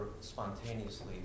spontaneously